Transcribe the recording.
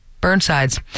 Burnsides